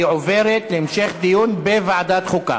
והיא עוברת להמשך דיון בוועדת החוקה,